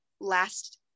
last